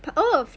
but oh